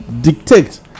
dictate